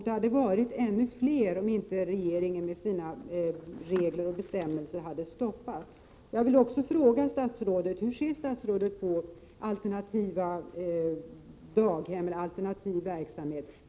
Det hade varit ännu fler om inte regeringen med sina regler och bestämmelser hade stoppat dem. Jag vill fråga hur statsrådet ser på alternativa daghem och alternativ verksamhet.